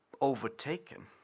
overtaken